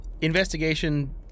investigation